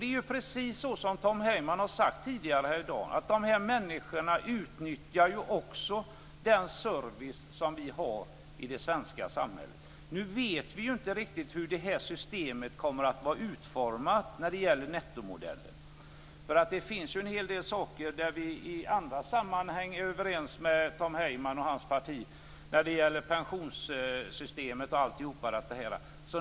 Det är precis som Tom Heyman har sagt tidigare här i dag: De här människorna utnyttjar också den service vi har i det svenska samhället. Nu vet vi inte riktigt hur det här systemet med nettomodellen kommer att vara utformat. Det finns en hel del saker där vi i andra sammanhang är överens med Tom Heyman och hans parti, t.ex. när det gäller pensionssystemet.